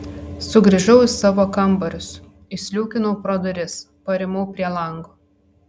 sugrįžau į savo kambarius įsliūkinau pro duris parimau prie lango